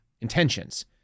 intentions